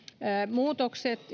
muutokset